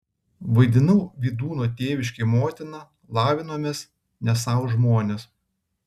vaidinau vydūno tėviškėj motiną lavinomės ne sau žmonės